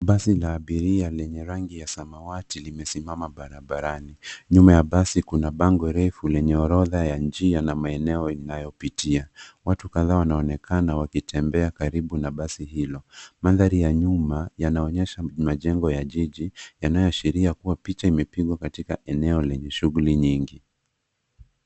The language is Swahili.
Basi la abiria lenye rangi ya samawati limesimama barabarani. Nyuma ya basi kuna bango refu lenye orodha ya njia na maeneo inayopitia. Watu kadhaa wanaonekana wakitembea karibu na basi hilo. Mandhari ya nyuma yanaonyesha majengo ya jiji yanayoashiria kuwa picha imepigwa katika eneo lenye shughuli nyingi.